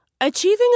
Achieving